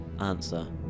answer